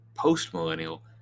post-millennial